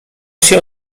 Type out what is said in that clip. się